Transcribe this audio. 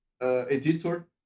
editor